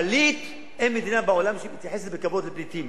פליט, אין מדינה בעולם שמתייחסת בכבוד לפליטים.